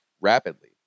rapidly